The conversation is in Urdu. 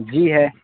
جی ہے